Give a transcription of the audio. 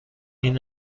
این